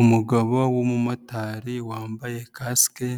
Umugabo w'umumotari wambaye kasike